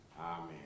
Amen